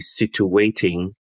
situating